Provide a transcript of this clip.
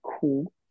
cool